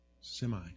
semi